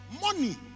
Money